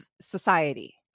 society